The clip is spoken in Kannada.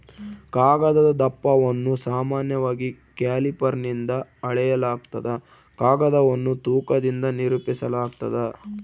ಕಾಗದದ ದಪ್ಪವನ್ನು ಸಾಮಾನ್ಯವಾಗಿ ಕ್ಯಾಲಿಪರ್ನಿಂದ ಅಳೆಯಲಾಗ್ತದ ಕಾಗದವನ್ನು ತೂಕದಿಂದ ನಿರೂಪಿಸಾಲಾಗ್ತದ